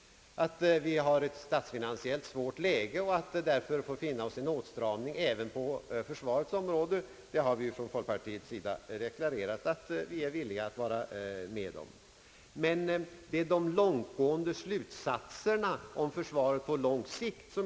Att det statsfinansiella läget är svårt och att vi därför måste finna oss i en åtstramning även på försvarets område, det har vi ju från folkpartiets sida deklarerat att vi går med på. Men i mitt första inlägg varnade jag för de vittgående slusatserna om försvaret på lång sikt.